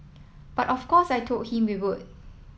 but of course I told him we would